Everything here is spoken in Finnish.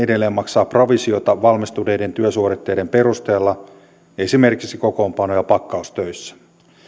edelleen maksaa provisiota valmistuneiden työsuoritteiden perusteella esimerkiksi kokoonpano ja pak kaustöissä